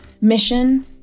mission